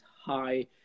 high